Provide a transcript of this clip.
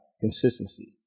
consistency